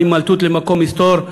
הימלטות למקום מסתור,